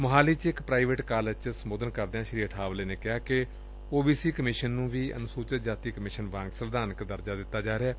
ਮੋਹਾਲੀ ਚ ਇਕ private college ਵਿਚ ਸੰਬੋਧਨ ਕਰਦਿਆਂ ਸ੍ਰੀ ਅਠਾਵਲੇ ਨੇ ਕਿਹਾ ਕਿ ਓ ਬੀ ਸੀ ਕਮਿਸ਼ਨ ਨੂੰ ਵੀ ਅਨੁਸੁਚਿਤ ਜਾਤੀ ਕਮਿਸ਼ਨ ਵਾਂਗ ਸੰਵਿਧਾਨਕ ਦਰਜਾ ਦਿੱਤਾ ਜਾ ਰਿਹੈ